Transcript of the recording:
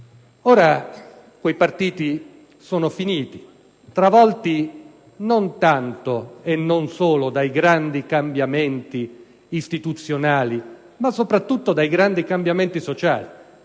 Ora, quei partiti sono finiti, travolti non tanto e non solo dai grandi cambiamenti istituzionali, ma soprattutto dai grandi cambiamenti sociali,